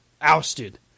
ousted